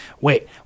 wait